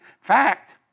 fact